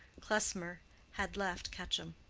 klesmer had left quetcham.